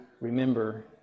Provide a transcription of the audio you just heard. remember